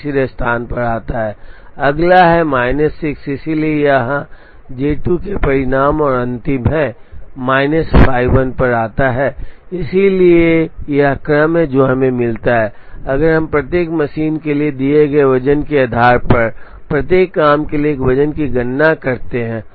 तो J4 तीसरे स्थान पर आता है अगला है माइनस 6 इसलिए यहाँ J2 के परिणाम और अंतिम है माइनस 51 आता है यहाँ इसलिए यह क्रम है जो हमें मिलता है अगर हम प्रत्येक मशीन के लिए दिए गए वजन के आधार पर प्रत्येक काम के लिए एक वजन की गणना करते हैं